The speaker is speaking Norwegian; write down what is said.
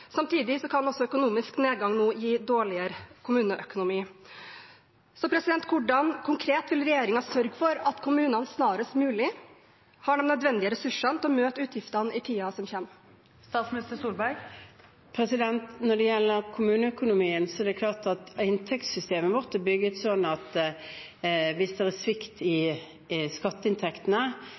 Samtidig kan økonomisk nedgang gi dårligere kommuneøkonomi. Hvordan vil regjeringen konkret sørge for at kommunene snarest mulig har de nødvendige ressursene til å møte utgiftene i tiden som kommer? Når det gjelder kommuneøkonomien, er inntektssystemet vårt bygget på den måten at hvis det er svikt i skatteinntektene,